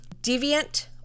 deviant